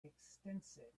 extensive